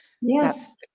Yes